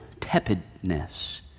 tepidness